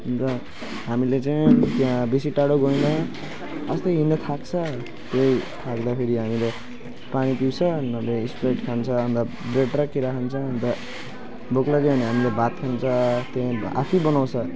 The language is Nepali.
र हामीले चाहिँ त्यहाँ बेसी टाढो गएन आस्ते हिँड्दा थाक्छ त्यही थाक्दाखेरि हामीले पानी पिउँछ नभए स्प्राइट खान्छ अन्त ब्रेड र केरा खान्छ अन्त भोक लाग्यो भने हामीले भात खान्छ त्यहीँ आफै बनाउँछ